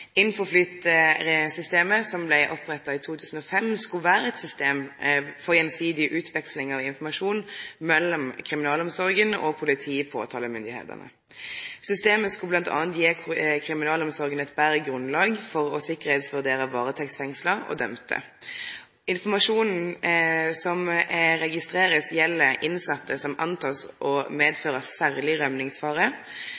som blei oppretta i 2005, skulle vere eit system for gjensidig utveksling av informasjon mellom kriminalomsorga og politiet/påtalemyndigheita. Systemet skulle bl.a. gje kriminalsorga eit betre grunnlag for å sikkerheitsvurdere varetektsfengsla og dømde. Informasjonen som blir registrert, gjeld innsette som